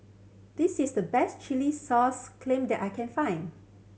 this is the best chilli sauce clams that I can find